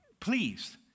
Please